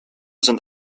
sind